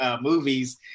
movies